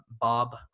Bob